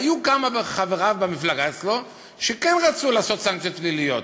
והיו כמה מחבריו במפלגה שלו שכן רצו לעשות סנקציות פליליות.